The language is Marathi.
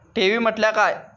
ठेवी म्हटल्या काय?